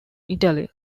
italy